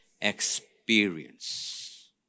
experience